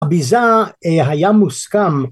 אביזה היה מוסכם